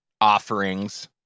offerings